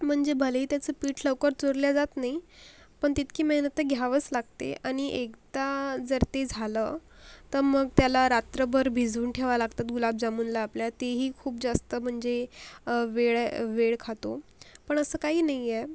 म्हणजे भलेही त्याचं पीठ लवकर चुरल्या जात नाही पण तितकी मेहनत तर घ्यावंच लागते आणि एकदा जर ते झालं तर मग त्याला रात्रभर भिजवून ठेवावं लागतात गुलाबजामुनला आपल्या तेही खूप जास्त म्हणजे वेळ वेळ खातो पण असं काही नाहीये